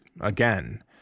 again